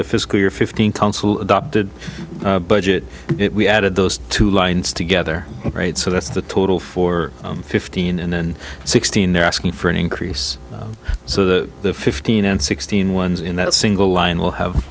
the physically or fifteen tonsil adopted budget we added those two lines together right so that's the total for fifteen and sixteen they're asking for an increase so that the fifteen and sixteen ones in that single line will have